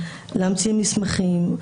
להמציא מסמכים,